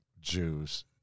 Jews